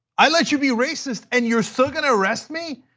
i let you be racist and you are still going to arrest me?